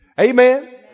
Amen